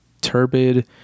turbid